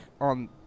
on